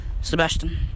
Sebastian